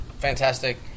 fantastic